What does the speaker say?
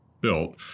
built